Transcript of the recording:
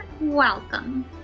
welcome